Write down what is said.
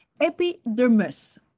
epidermis